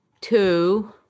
two